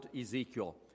Ezekiel